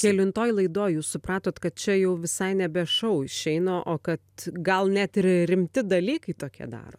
kelintoj laidoj jūs supratot kad čia jau visai nebe šou išeina o kad gal net ir rimti dalykai tokie daromi